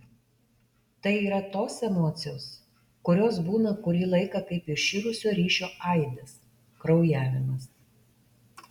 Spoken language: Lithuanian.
tai yra tos emocijos kurios būna kurį laiką kaip iširusio ryšio aidas kraujavimas